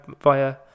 via